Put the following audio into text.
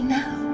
now